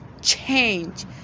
change